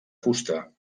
fusta